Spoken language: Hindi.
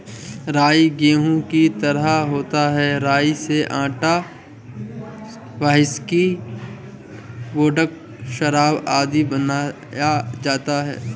राई गेहूं की तरह होती है राई से आटा, व्हिस्की, वोडका, शराब आदि बनाया जाता है